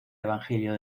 evangelio